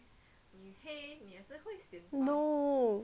no